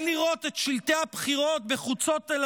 די לראות את שלטי הבחירות בחוצות תל